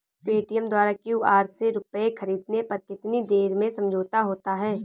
Paytm द्वारा QR से रूपए ख़रीदने पर कितनी देर में समझौता होता है?